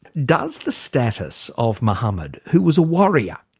does the status of muhammad, who was a warrior,